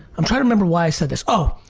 i'm trying to remember why i said this. oh,